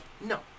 No